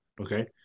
Okay